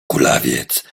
kulawiec